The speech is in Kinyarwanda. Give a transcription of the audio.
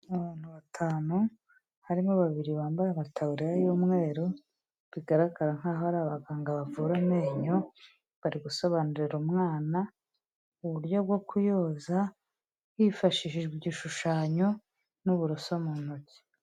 Abantu batanu, harimo babiri bambaye amataburiya y'umweru, bigaragara nk'aho ari abaganga bavura amenyo, bari gusobanurira umwana uburyo bwo kuyoza, hifashishijwe igishushanyo, n'uburoso mu ntoki.